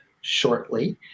shortly